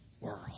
world